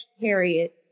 Harriet